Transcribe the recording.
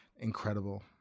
incredible